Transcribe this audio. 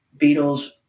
Beatles